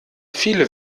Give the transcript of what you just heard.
viele